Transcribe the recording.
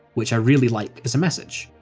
which i really like as a message.